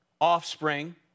offspring